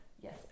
Yes